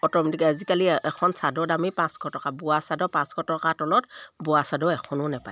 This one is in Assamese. অ'টোমেটিক আজিকালি এখন চাদৰ দামেই পাঁচশ টকা বোৱা চাদৰ পাঁচশ টকাৰ তলত বোৱা চাদৰ এখনো নাপায়